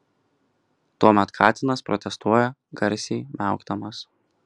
tuomet katinas protestuoja garsiai miaukdamas